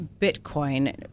Bitcoin